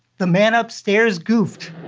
the man upstairs goofed.